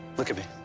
look at me.